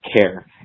care